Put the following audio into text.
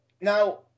Now